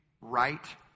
right